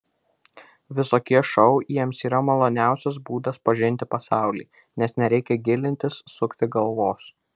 visokie šou jiems yra maloniausias būdas pažinti pasaulį nes nereikia gilintis sukti galvos